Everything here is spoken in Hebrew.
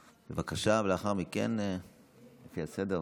בבקשה, ולאחר מכן לפי הסדר.